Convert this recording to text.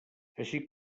així